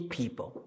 people